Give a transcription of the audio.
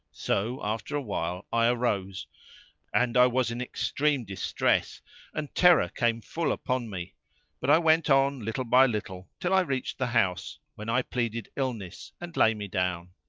so after a while i arose and i was in extreme distress and terror came full upon me but i went on little by little till i reached the house when i pleaded illness and lay me down.